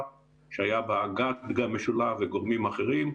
שהיה בה גם אג"ת משולב וגורמים אחרים,